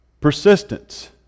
Persistence